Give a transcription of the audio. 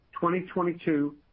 2022